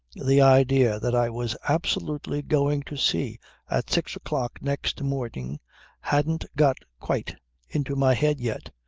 the idea that i was absolutely going to sea at six o'clock next morning hadn't got quite into my head yet.